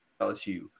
LSU